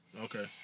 Okay